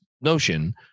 notion